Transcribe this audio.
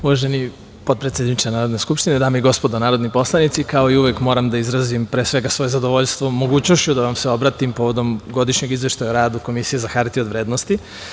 Uvaženi potpredsedniče Narodne skupštine, dame i gospodo narodni poslanici, kao i uvek, moram da izrazim pre svega svoje zadovoljstvo mogućnošću da vam se obratim povodom Godišnjeg izveštaja o radu Komisije za hartije od vrednosti.